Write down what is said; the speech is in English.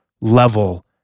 level